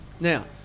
Now